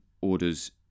orders